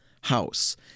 house